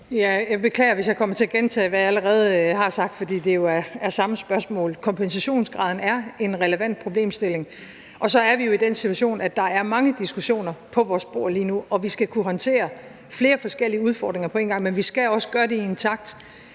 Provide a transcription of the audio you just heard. Jeg beklager, hvis jeg kommer til at gentage, hvad jeg allerede har sagt, fordi det jo er det samme spørgsmål. Kompensationsgraden er en relevant problemstilling, og så er vi jo i den situation, at der er mange diskussioner på vores bord lige nu. Vi skal kunne håndtere flere forskellige udfordringer på en gang, men vi skal også gøre det i en takt,